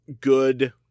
good